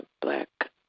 black